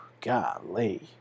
Golly